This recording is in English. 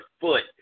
foot